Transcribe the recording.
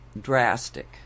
drastic